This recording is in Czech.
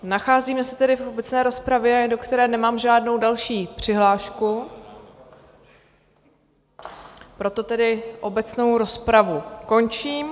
Nacházíme se v obecné rozpravě, do které nemám žádnou další přihlášku, proto tedy obecnou rozpravu končím.